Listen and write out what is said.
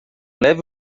leve